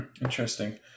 Interesting